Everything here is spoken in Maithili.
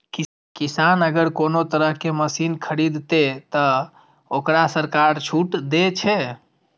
किसान अगर कोनो तरह के मशीन खरीद ते तय वोकरा सरकार छूट दे छे?